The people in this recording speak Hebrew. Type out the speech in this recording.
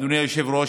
אדוני היושב-ראש,